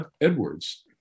Edwards